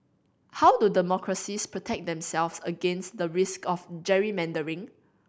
how do democracies protect themselves against the risk of gerrymandering